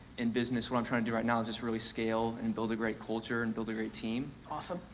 in business what i'm trying to do right now is just really scale and build a great culture, and build a great team. awesome.